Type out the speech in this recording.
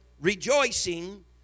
rejoicing